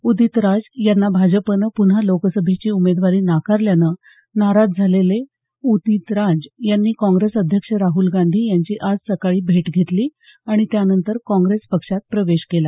उदीत राज यांना भाजपनं प्न्हा लोकसभेची उमेदवारी नाकारल्यानं नाराज झालेले उदीत राज यांनी काँग्रेस अध्यक्ष राहल गांधी यांची आज सकाळी भेट घेतली आणि त्यानंतर काँग्रेस पक्षात प्रवेश केला